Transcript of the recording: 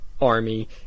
Army